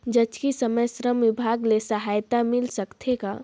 जचकी समय श्रम विभाग ले सहायता मिल सकथे का?